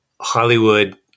Hollywood